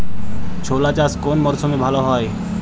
ছোলা চাষ কোন মরশুমে ভালো হয়?